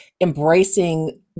embracing